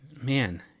man